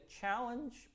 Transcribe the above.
challenge